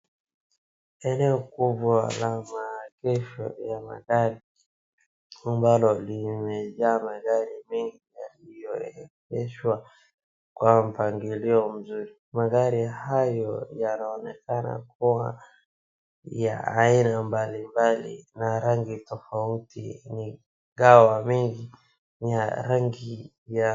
Eneo kubwa la maegesho ya magari ambalo limejaa magari mingi yaliogeshwa kwa mpangilio mzuri, magari hayo yanainekana kuwa ya aina mbalimbali na rangi tofauti ingawa mengi ni ya rangi ya.